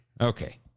okay